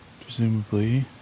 Presumably